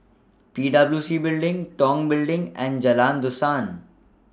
P W C Building Tong Building and Jalan Dusan